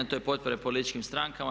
To je potpore političkim strankama.